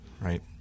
right